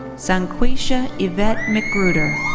sanquesha yvette mcgruder.